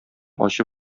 ачы